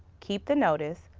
keep the notice,